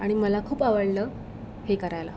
आणि मला खूप आवडलं हे करायला